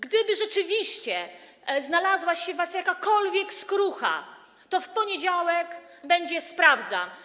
Gdyby rzeczywiście znalazła się w was jakakolwiek skrucha, to w poniedziałek będzie „sprawdzam”